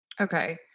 Okay